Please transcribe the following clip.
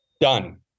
done